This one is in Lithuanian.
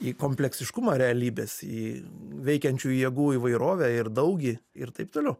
į kompleksiškumą realybės į veikiančių jėgų įvairovę ir daugį ir taip toliau